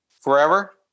forever